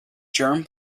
germ